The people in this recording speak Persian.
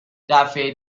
دفعه